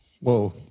Whoa